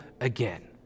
again